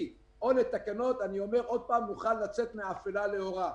או לתקנות נוכל לצאת מאפלה לאורה.